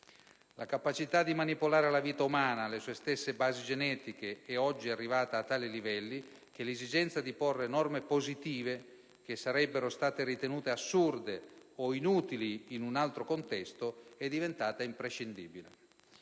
La capacità di manipolare la vita umana e le sue stesse basi genetiche è oggi arrivata a tali livelli che l'esigenza di porre norme positive - che sarebbero state ritenute assurde o inutili in un altro contesto - è diventata imprescindibile.